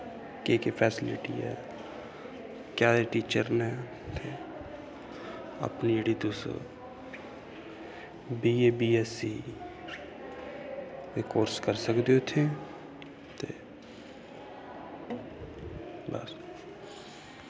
केह् केह् फैस्लिटी ऐ कनेह् टीचर न उत्थै अपनी जेह्ड़ी तुस बीए बी ऐस सी दे कोर्स करी सकदे ओ इत्थै